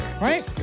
Right